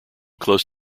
close